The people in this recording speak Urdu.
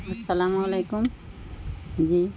السلام علیکم جی